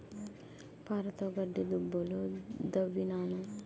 పారతోగడ్డి దుబ్బులు దవ్వినాను